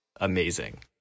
Amazing